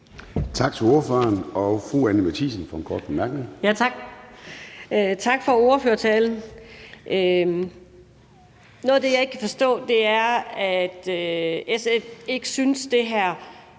Tak til ordføreren.